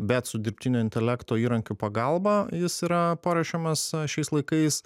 bet su dirbtinio intelekto įrankių pagalba jis yra paruošiamas a šiais laikais